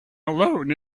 alone